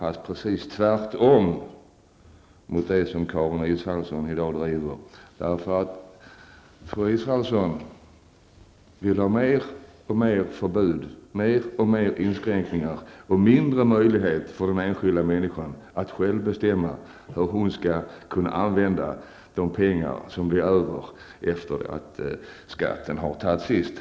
Hon hade samma engagemang som Karin Israelsson fast tvärtom -- fru Israelsson vill ha mer och mer förbud, fler och fler inskränkningar och mindre och mindre möjligheter för de enskilda människorna att själva bestämma hur de skall använda de pengar som blir över efter det att staten genom skatten har tagit sitt.